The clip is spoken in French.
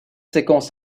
séquence